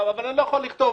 אבל אני לא יכול לכתוב: